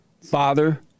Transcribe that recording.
father